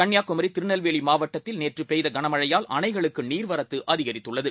கன்னியாகுமி திருநெல்வேலி மாவட்டத்தில் நேற்று பெய்த கனமழையால் அனைகளுக்கு நீர்வரத்து அதிகித்கள்ளகு